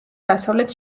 დასავლეთ